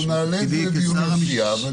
--- אנחנו נעלה את זה לדיון במליאה ונדון עליו.